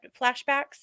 flashbacks